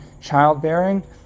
childbearing